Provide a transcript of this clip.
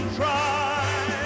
try